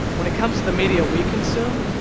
when it comes to the media we consume,